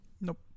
Nope